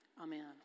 Amen